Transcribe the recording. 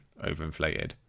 overinflated